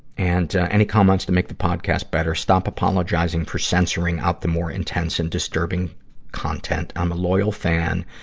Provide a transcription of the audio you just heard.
and ah any comments to make the podcast better? stop apologizing for censoring out the more intense and disturbing content. i'm a loyal fan,